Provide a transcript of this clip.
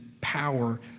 power